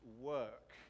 work